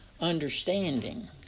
understanding